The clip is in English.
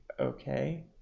okay